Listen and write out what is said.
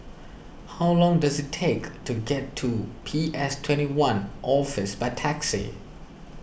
how long does it take to get to P S twenty one Office by taxi